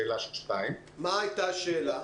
שאלה 2. מה הייתה השאלה?